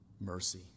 mercy